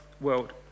world